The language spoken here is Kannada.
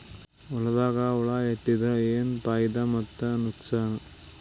ಹೊಲದಾಗ ಹುಳ ಎತ್ತಿದರ ಏನ್ ಫಾಯಿದಾ ಮತ್ತು ನುಕಸಾನ?